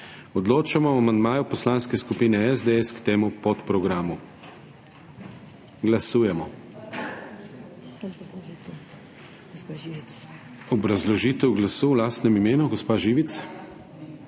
Odločamo o amandmaju Poslanske skupine SDS k temu podprogramu. Glasujemo … Obrazložitev glasu v lastnem imenu, gospa Živic?